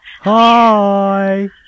Hi